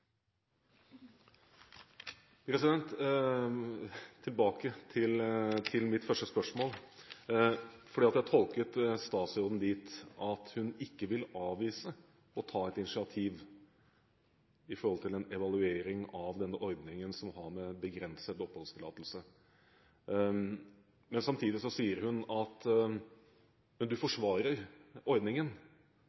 rettssikkerhetsgarantier. Tilbake til mitt første spørsmål: Jeg tolket statsråden dit hen at hun ikke ville avvise å ta initiativ til en evaluering av den ordningen som har med begrenset oppholdstillatelse å gjøre. Samtidig forsvarer hun ordningen, og jeg har selvfølgelig respekt for det. Men det betyr at